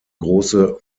große